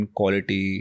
quality